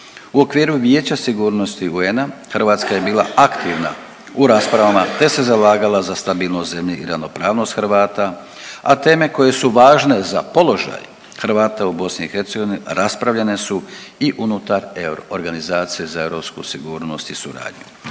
U okviru Vijeća sigurnosti UN-a Hrvatska je bila aktivna u raspravama te se zalagala za stabilnost zemlje i ravnopravnost Hrvata, a teme koje su važne za položaj Hrvata u BiH, raspravljane su i unutar Organizacije za europsku sigurnost i suradnju.